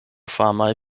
famaj